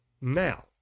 Now